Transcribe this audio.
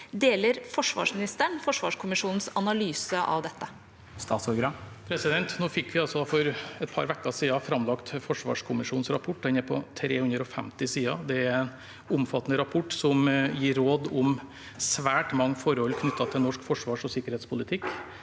Deler forsvarsministeren forsvarskommisjonens analyse av dette? Statsråd Bjørn Arild Gram For et par uker siden fikk vi framlagt forsvarskommisjonens rapport. Den er på 350 sider. Det er en omfattende rapport som gir råd om svært mange forhold knyttet til norsk forsvars- og sikkerhetspolitikk.